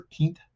13th